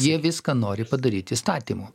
jie viską nori padaryti įstatymu